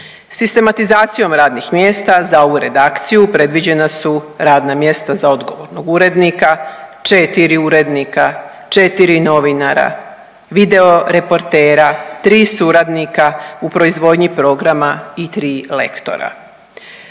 Sistematizacijom radnih mjesta za ovu redakciju predviđena su radna mjesta za odgovornost urednika, 4 urednika, 4 novinara, video reportera, 3 suradnika u proizvodnji programa i 3 lektora.